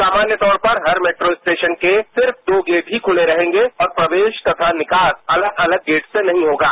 सामान्य तौर पर हर मेट्रोस्टेशन के सिर्फ दो गेट ही खुले रहेंगे और प्रवेश तथा निकास के लिए अलग गेट नहीं होंगे